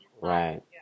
right